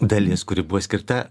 dalis kuri buvo skirta